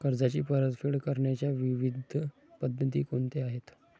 कर्जाची परतफेड करण्याच्या विविध पद्धती कोणत्या आहेत?